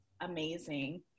amazing